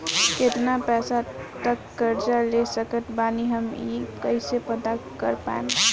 केतना पैसा तक कर्जा ले सकत बानी हम ई कइसे पता कर पाएम?